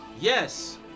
yes